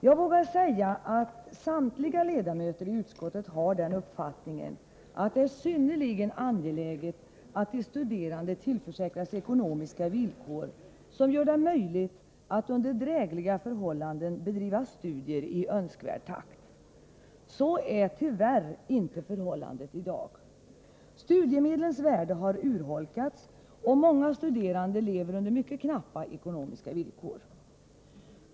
Jag vågar säga att samtliga ledamöter i utskottet har den uppfattningen att det är synnerligen angeläget att de studerande tillförsäkras ekonomiska villkor som gör det möjligt att under drägliga förhållanden bedriva studier i önskvärd takt. Så är tyvärr inte förhållandet i dag. Studiemedlens värde har 161 urholkats, och många studerande lever under mycket knappa ekonomiska villkor.